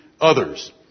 others